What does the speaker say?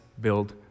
build